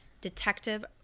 Detective